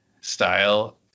style